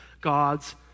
God's